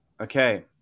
Okay